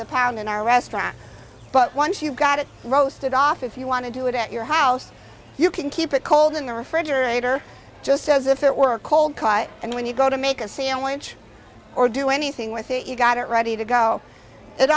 the pound in our restaurant but once you've got it roasted off if you want to do it at your house you can keep it cold in the refrigerator just as if it were cold and when you go to make a sandwich or do anything with it you've got it ready to go it